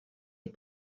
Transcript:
est